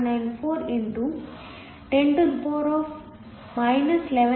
94 x 10 11